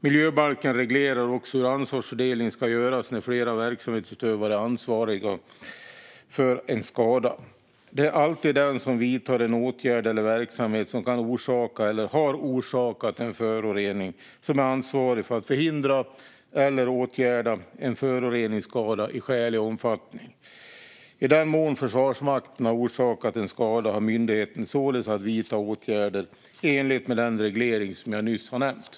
Miljöbalken reglerar också hur ansvarsfördelning ska göras när flera verksamhetsutövare är ansvariga för en skada. Det är alltid den som vidtar en åtgärd eller bedriver en verksamhet som kan orsaka eller har orsakat en förorening som är ansvarig för att förhindra eller åtgärda en föroreningsskada i skälig omfattning. I den mån Försvarsmakten har orsakat en skada har myndigheten således att vidta åtgärder i enlighet med den reglering som jag nyss nämnde.